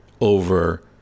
over